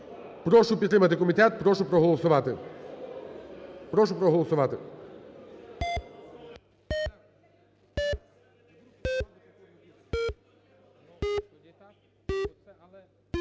Прошу підтримати комітет, прошу проголосувати. Прошу проголосувати.